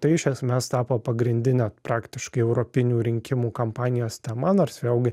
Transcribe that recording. tai iš esmės tapo pagrindine praktiškai europinių rinkimų kampanijos tema nors vėlgi